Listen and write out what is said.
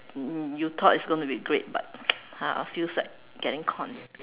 you thought it's gonna be great but !huh! it feels like getting conned